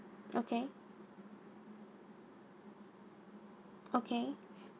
okay okay